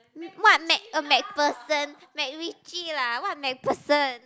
what make a make person make witchy lah what make person